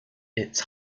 its